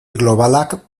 globalak